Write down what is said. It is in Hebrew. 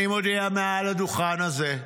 אני מודיע מעל הדוכן הזה: